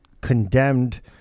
condemned